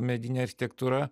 medinė architektūra